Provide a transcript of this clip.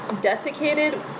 desiccated